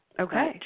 Okay